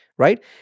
right